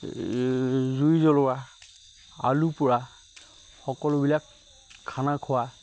এই জুই জ্বলোৱা আলু পোৰা সকলোবিলাক খানা খোৱা